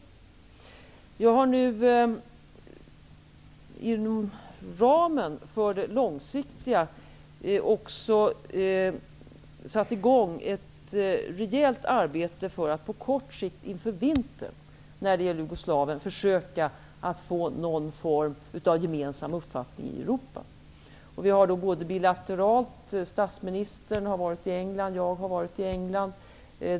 När det gäller Jugoslavien har jag inom ramen för det långsiktiga arbetet också satt i gång ett rejält arbete för att på kort sikt inför vintern försöka att få till stånd någon form av gemensam uppfattning i Europa. Statsministern liksom jag har varit i England.